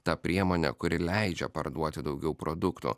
ta priemonė kuri leidžia parduoti daugiau produkto